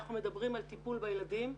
אנחנו מדברים על טיפול בילדים.